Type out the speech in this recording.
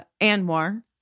Anwar